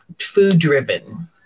food-driven